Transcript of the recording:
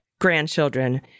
Grandchildren